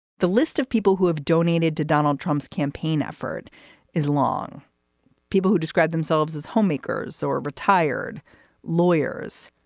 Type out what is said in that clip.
the list of people who have donated to donald trump's campaign effort is long people who described themselves as homemakers or retired lawyers.